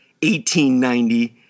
1890